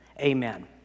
amen